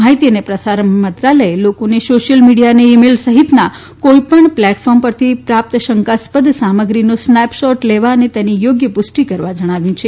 માહિતી અને પ્રસારણ મંત્રાલયે લોકોને સોશિયલ મીડિયા અને ઇ મેઇલ સહિતના કોઈપણ પ્લેટફોર્મ પરથી પ્રાપ્ત શંકાસ્પદ સામગ્રીનો સ્નેપશોટ લેવા અને તેની યોગ્ય પુષ્ટિ કરવા જણાવ્યું છે